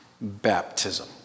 baptism